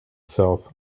south